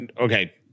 okay